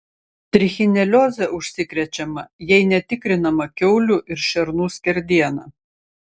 trichinelioze užsikrečiama jei netikrinama kiaulių ir šernų skerdiena